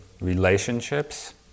relationships